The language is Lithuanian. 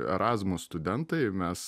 erasmus studentai mes